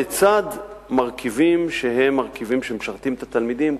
לצד מרכיבים שהם מרכיבים שמשרתים את התלמידים,